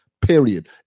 period